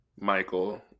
Michael